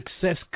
success